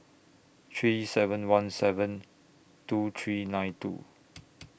three seven one seven two three nine two